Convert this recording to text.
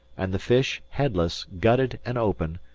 and the fish, headless, gutted, and open,